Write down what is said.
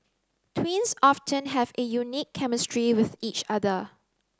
twins often have a unique chemistry with each other